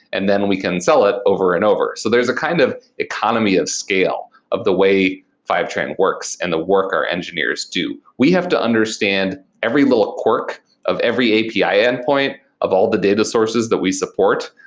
and then we can sell it over and over. so there's a kind of economy of scale of the way fivetran works and the work our engineers do. we have to understand every little quirk of every api endpoint of all the data sources that we support,